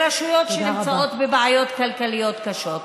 רשויות שנמצאות בבעיות כלכליות קשות.